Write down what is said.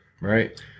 right